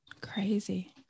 crazy